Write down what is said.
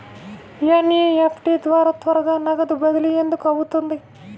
NEFT ద్వారా త్వరగా నగదు బదిలీ ఎందుకు అవుతుంది?